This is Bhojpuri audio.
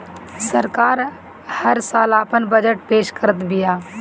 सरकार हल साल आपन बजट पेश करत बिया